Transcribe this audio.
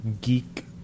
Geek